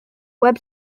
web